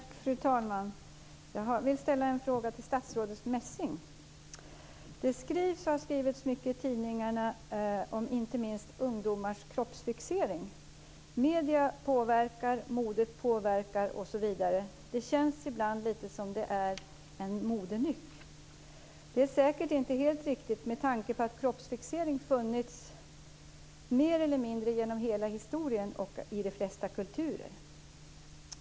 Fru talman! Jag vill ställa en fråga till statsrådet Det skrivs och har skrivits mycket i tidningarna om inte minst ungdomars kroppsfixering. Medierna påverkar, modet påverkar osv. Det känns ibland lite som om det är en modenyck. Det är säkert inte helt riktigt, med tanke på att kroppsfixering funnits mer eller mindre genom hela historien och i de flesta kulturer.